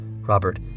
Robert